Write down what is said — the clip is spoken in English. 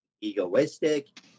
egoistic